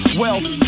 wealth